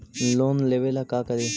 Loan लेबे ला का करि?